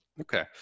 Okay